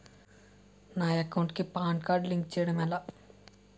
నా అకౌంట్ కు PAN card link చేయడం ఎలా?